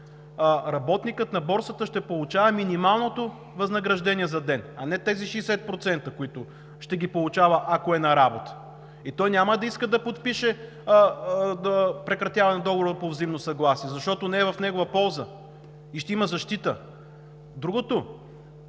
работникът на Борсата ще получава минималното възнаграждение за ден, а не тези 60%, които ще ги получава, ако е на работа. Той няма да иска да подпише прекратяване на договора по взаимно съгласие, защото не е в негова полза и ще има защита! Другото,